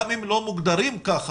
גם אם לא מוגדרים כך,